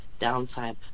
downtime